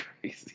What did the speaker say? crazy